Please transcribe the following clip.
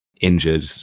injured